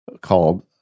called